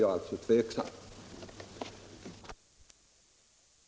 Jag är tveksam till det.